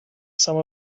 some